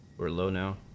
we're low now